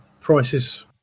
prices